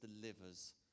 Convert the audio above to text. delivers